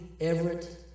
Everett